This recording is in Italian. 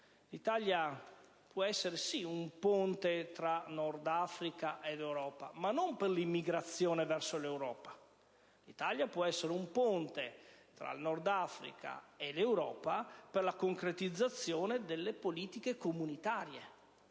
L'Italia può essere un ponte fra il Nord Africa e l'Europa, ma non per l'immigrazione verso l'Europa: l'Italia può essere un ponte tra il Nord Africa e l'Europa per la concretizzazione delle politiche comunitarie,